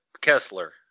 Kessler